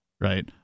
right